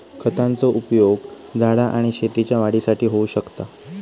खतांचो उपयोग झाडा आणि शेतीच्या वाढीसाठी होऊ शकता